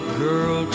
girl